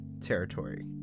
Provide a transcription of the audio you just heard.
territory